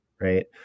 right